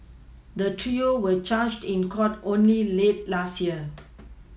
the trio were charged in court only late last year